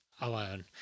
alone